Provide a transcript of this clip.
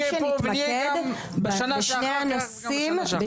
ונהיה גם בשנה שאחר כך וגם בשנה שאחר כך.